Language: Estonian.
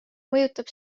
mõjutab